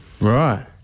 Right